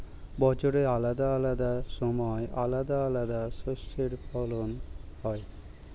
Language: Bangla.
বছরের আলাদা আলাদা সময় আলাদা আলাদা শস্যের ফলন হয়